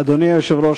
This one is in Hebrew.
אדוני היושב-ראש,